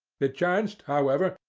it chanced, however,